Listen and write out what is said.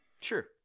Sure